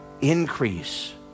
increase